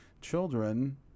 children